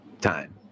time